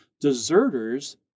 Deserters